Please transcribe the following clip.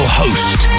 host